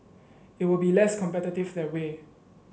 it will be less competitive that way